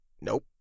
nope